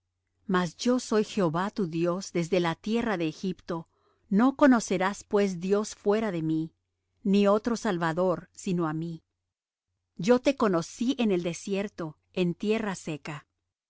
mas yo soy jehová tu dios desde la tierra de egipto no conocerás pues dios fuera de mí ni otro salvador sino á mí yo te conocí en el desierto en tierra seca